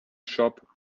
shop